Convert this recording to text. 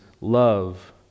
love